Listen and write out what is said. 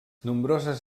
nombroses